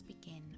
begin